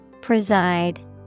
Preside